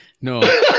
No